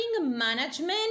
management